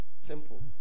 Simple